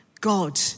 God